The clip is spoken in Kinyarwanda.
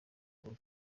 uhuru